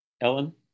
Ellen